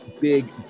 big